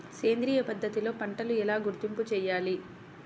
సేంద్రియ పద్ధతిలో పంటలు ఎలా గుర్తింపు చేయాలి?